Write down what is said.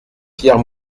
pierre